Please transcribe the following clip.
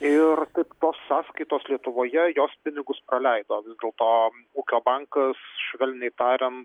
ir taip tos sąskaitos lietuvoje jos pinigus praleido vis dėlto ūkio bankas švelniai tariant